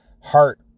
heart